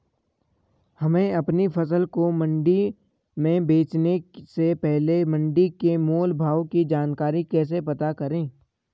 हमें अपनी फसल को मंडी में बेचने से पहले मंडी के मोल भाव की जानकारी कैसे पता करें?